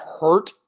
hurt